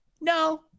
no